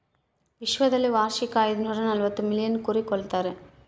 ವಿಶ್ವದಲ್ಲಿ ವಾರ್ಷಿಕ ಐದುನೂರನಲವತ್ತು ಮಿಲಿಯನ್ ಕುರಿ ಕೊಲ್ತಾರೆ